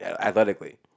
athletically